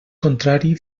contrari